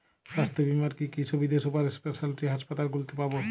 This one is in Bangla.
স্বাস্থ্য বীমার কি কি সুবিধে সুপার স্পেশালিটি হাসপাতালগুলিতে পাব?